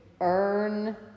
earn